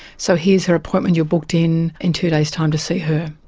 so here's her appointment, you're booked in in two days time to see her.